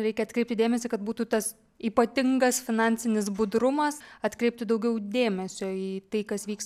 reikia atkreipti dėmesį kad būtų tas ypatingas finansinis budrumas atkreipti daugiau dėmesio į tai kas vyks